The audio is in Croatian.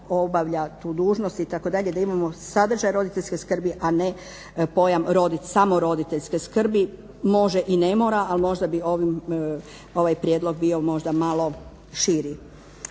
obavlja tu dužnost itd. da imamo sadržaj roditeljske skrbi, a ne pojam samo roditeljske skrbi. Može i ne mora, ali možda bi ovaj prijedlog bio možda malo širi.